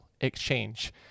exchange